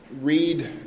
read